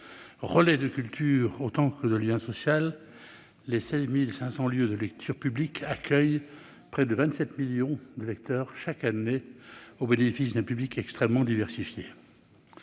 Relais de culture autant que de lien social, les 16 500 lieux de lecture publique accueillent près de 27 millions de lecteurs chaque année, au bénéfice d'un public extrêmement diversifié.